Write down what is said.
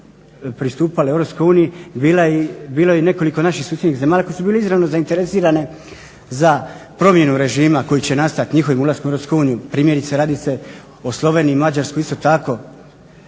pristupalo EU bilo je i nekoliko naših susjednih zemalja koje su bile izravno zainteresirane za promjenu režima koji će nastati njihovim ulaskom u EU, primjerice radi se o Sloveniji, Mađarskoj. Isto tako